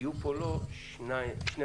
יהיו פה לא שני רפרנטים